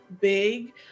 big